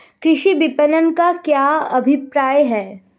कृषि विपणन का क्या अभिप्राय है?